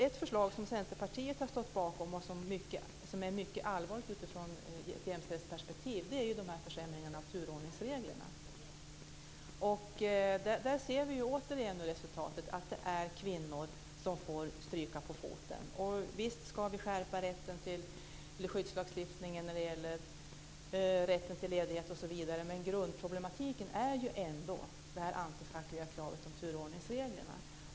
Ett förslag som Centerpartiet har stått bakom och som är mycket allvarligt utifrån ett jämställdhetsperspektiv är försämringarna av turordningsreglerna. Där ser vi nu återigen resultatet, att det är kvinnor som får stryka på foten. Visst ska vi skärpa skyddslagstiftningen om rätt till ledighet osv., men grundproblematiken är ändå det antifackliga kravet när det gäller turordningsreglerna.